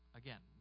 again